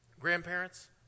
grandparents